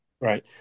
Right